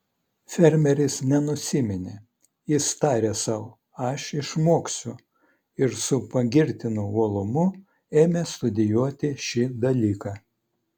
fermeris nenusiminė jis tarė sau aš išmoksiu ir su pagirtinu uolumu ėmė studijuoti šį dalyką